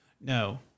No